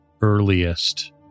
earliest